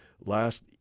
last